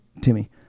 Timmy